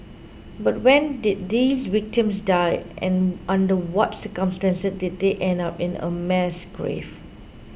but when did these victims die and under what circumstances did they end up in a mass grave